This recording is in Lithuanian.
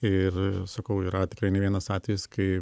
ir sakau yra tikrai ne vienas atvejis kai